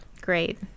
great